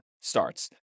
starts